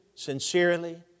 sincerely